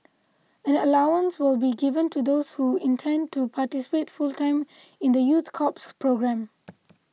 an allowance will be given to those who intend to participate full time in the youth corps programme